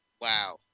Wow